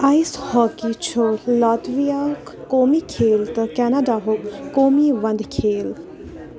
آیِس hockey چھُ لاتوِیاہُک قومی کھیل تہٕ کینیڈاہُک قومی وندٕ کھیل